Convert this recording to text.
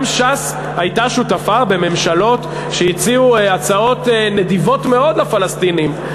גם ש"ס הייתה שותפה בממשלות שהציעו הצעות נדיבות מאוד לפלסטינים,